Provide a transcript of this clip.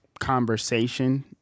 Conversation